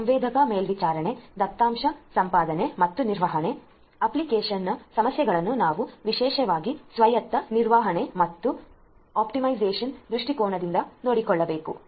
sensor ಮೇಲ್ವಿಚಾರಣೆ ದತ್ತಾಂಶ ಸಂಪಾದನೆ ಮತ್ತು ನಿರ್ವಹಣೆ ಆಪ್ಟಿಮೈಸೇಶನ್ನ ಸಮಸ್ಯೆಗಳನ್ನು ನಾವು ವಿಶೇಷವಾಗಿ ಸ್ವಾಯತ್ತ ನಿರ್ವಹಣೆ ಮತ್ತು ಆಪ್ಟಿಮೈಸೇಶನ್ ದೃಷ್ಟಿಕೋನದಿಂದ ನೋಡಿಕೊಳ್ಳಬೇಕು